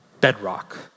bedrock